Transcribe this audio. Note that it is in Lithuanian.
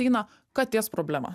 eina katės problema